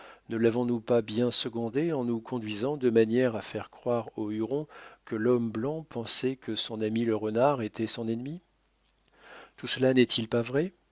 ne lavons nous pas bien secondé en nous conduisant de manière à faire croire aux hurons que l'homme blanc pensait que son ami le renard était son ennemi tout cela n'est-il pas vrai